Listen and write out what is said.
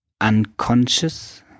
unconscious